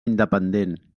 independent